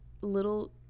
little